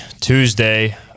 Tuesday